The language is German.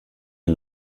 die